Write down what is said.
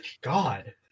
God